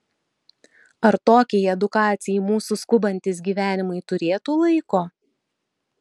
ar tokiai edukacijai mūsų skubantys gyvenimai turėtų laiko